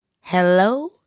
Hello